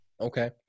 Okay